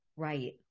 Right